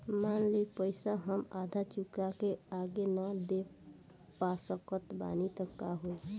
मान ली पईसा हम आधा चुका के आगे न दे पा सकत बानी त का होई?